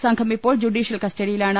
സംഘം ഇപ്പോൾ ജുഡീഷ്യൽ കസ്റ്റഡിയിലാണ്